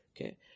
Okay